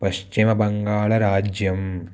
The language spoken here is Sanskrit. पश्चिमबङ्गालराज्यं